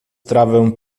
trawę